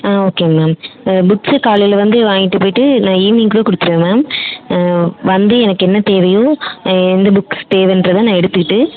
ஓகேங்க ma'am books காலையில வந்து வாங்கிகிட்டு போய்ட்டு நான் ஈவ்னிங்குள்ளே கொடுத்துருவேன் மேம் வந்து எனக்கு என்ன தேவையோ எந்த புக்ஸ் தேவைன்றதை நான் எடுத்துகிட்டு